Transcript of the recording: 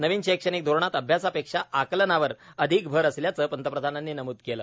नवीन शैक्षणिक धोरणात अभ्यासापेक्षा आकलनावर अधिक भर असल्याचं पंतप्रधानांनी नमुद केलं